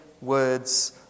words